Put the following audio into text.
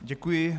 Děkuji.